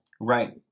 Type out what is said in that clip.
Right